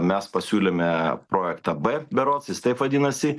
mes pasiūlėme projektą b berods jis taip vadinasi